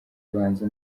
ubuhanzi